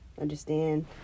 understand